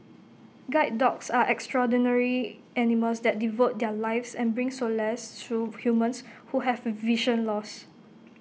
guide dogs are extraordinary animals that devote their lives and bring solace to humans who have vision loss